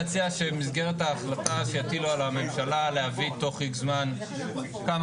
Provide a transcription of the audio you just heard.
שבמסגרת ההחלטה שהטילו על הממשלה להביא תוך X זמן כמה